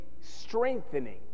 strengthening